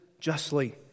justly